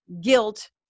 guilt